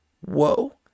whoa